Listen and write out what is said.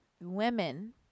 women